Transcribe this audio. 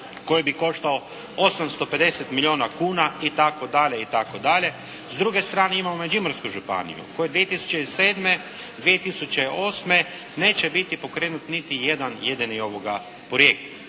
koji bi koštao 850 milijuna kuna itd. itd. S druge strane imamo Međimursku županiju u kojoj 2007. i 2008. neće biti pokrenut niti jedan jedini projekt.